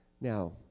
Now